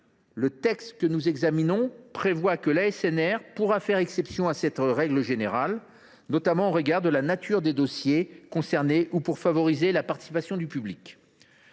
Le texte que nous examinons prévoit toutefois que l’ASNR pourra faire exception à cette règle générale, notamment au regard de la nature des dossiers concernés ou pour favoriser la participation du public.